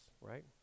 right